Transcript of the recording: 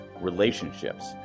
relationships